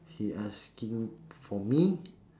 he asking for me